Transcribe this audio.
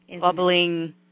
Bubbling